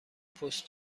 پست